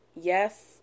yes